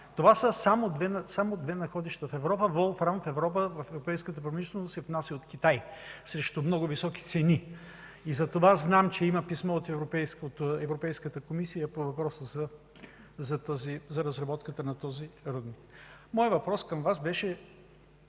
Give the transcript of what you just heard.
Това са само две волфрамови в Европа. Волфрам в европейската промишленост се внася от Китай срещу много високи цени. Затова знам, че има писмо от Европейската комисия по въпросите за разработката на този рудник. Моят въпрос към Вас беше: